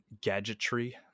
gadgetry